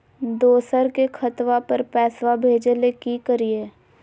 दोसर के खतवा पर पैसवा भेजे ले कि करिए?